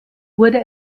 wurde